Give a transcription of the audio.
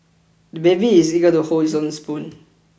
the baby is eager to hold his own spoon